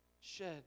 shed